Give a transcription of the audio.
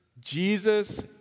Jesus